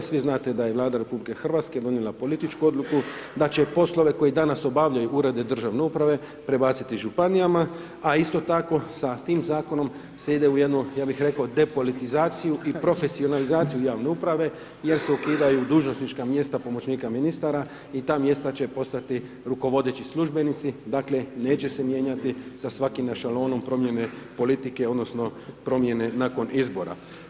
Svi znate da je Vlada RH, donijela političku odluku, da će poslove koje danas obavljaju uredi državne uprave, prebaciti županijama, a isto tako sa tim zakonima se ide u jednu , ja bih rekao depolitizaciju i profesionalizaciju javne uprave, jer se ukidaju dužnosnička mjesta pomoćnika ministara i ta mjesta će postati rukovodeći službenici, dakle, neće se mijenjati sa svakim našalonom promijene politike, odnosno, promjene nakon izvora.